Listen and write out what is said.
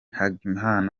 hegman